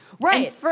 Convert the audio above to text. Right